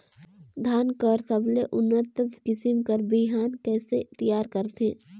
धान कर सबले उन्नत किसम कर बिहान कइसे तियार करथे?